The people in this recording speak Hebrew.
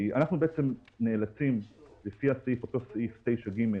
אנחנו נאלצים לפי סעיף 9(ג)